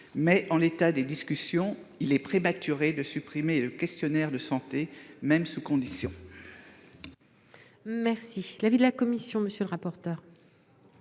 En l'état des discussions, il est prématuré de supprimer le questionnaire de santé, même sous conditions.